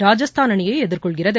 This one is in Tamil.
ராஜஸ்தான் அணியை எதிர்கொள்கிறது